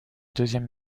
deuxième